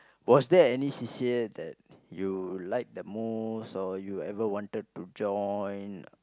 was there any C_C_A that you like the most or you ever wanted to join